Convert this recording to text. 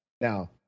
Now